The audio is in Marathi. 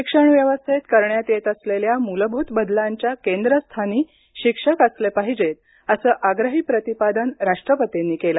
शिक्षण व्यवस्थेत करण्यात येत असलेल्या मूलभूत बदलांच्या केंद्रस्थानी शिक्षक असले पाहिजेत असं आग्रही प्रतिपादन राष्ट्रपतींनी केलं